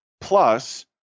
plus